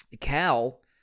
Cal